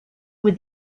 were